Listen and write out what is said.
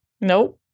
Nope